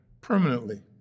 permanently